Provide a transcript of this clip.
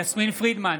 יסמין פרידמן,